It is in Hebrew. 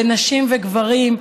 בין נשים לגברים,